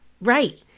Right